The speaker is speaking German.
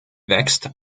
wächst